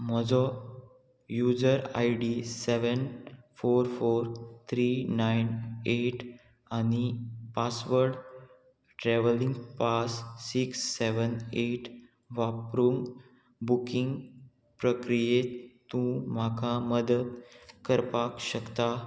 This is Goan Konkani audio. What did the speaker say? म्हजो user I D seven four four three nine eight आनी password travelling pass six seven eight वापरून बुकींग प्रक्रियेंत तूं म्हाका मदत करपाक शकता